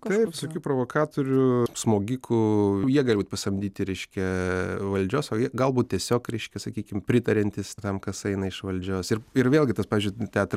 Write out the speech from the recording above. taip visokių provokatorių smogikų jie gali būt pasamdyti reiškia valdžios o jie galbūt tiesiog reiškia sakykim pritariantys tam kas eina iš valdžios ir ir vėlgi tas pavyzdžiui teatr